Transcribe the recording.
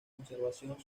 conservación